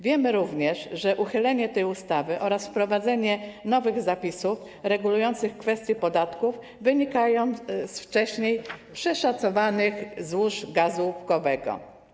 Wiemy również, że uchylenie tej ustawy oraz wprowadzenie nowych zapisów regulujących kwestie podatków wynikają z wcześniejszego przeszacowania złóż gazu łupkowego.